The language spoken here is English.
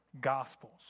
gospels